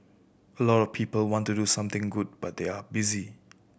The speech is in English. a lot of people want to do something good but they are busy